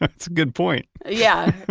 that's a good point yeah.